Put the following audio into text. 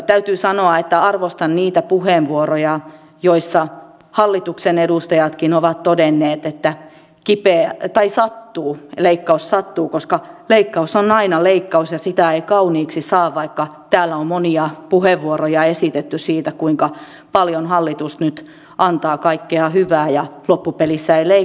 täytyy sanoa että arvostan niitä puheenvuoroja joissa hallituksen edustajatkin ovat todenneet että leikkaus sattuu koska leikkaus on aina leikkaus ja sitä ei kauniiksi saa vaikka täällä on monia puheenvuoroja esitetty siitä kuinka paljon hallitus nyt antaa kaikkea hyvää ja loppupelissä ei leikkaakaan